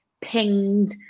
pinged